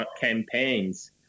campaigns